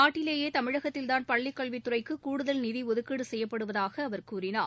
நாட்டிலேயே தமிழகத்தில்தான் பள்ளிக்கல்வித்துறைக்கு கூடுதல் நிதி ஒதுக்கீடு செய்யப்படுவதாக அவர் கூறினார்